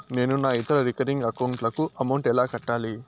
నేను నా ఇతర రికరింగ్ అకౌంట్ లకు అమౌంట్ ఎలా కట్టాలి?